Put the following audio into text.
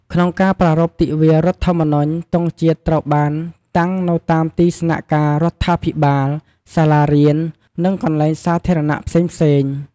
ក្នុងការប្រារព្ធទិវារដ្ឋធម្មនុញ្ញ ទង់ជាតិត្រូវដាក់តាំងនៅតាមទីស្នាក់ការរដ្ឋាភិបាល សាលារៀន និងកន្លែងសាធារណៈផ្សេងៗ។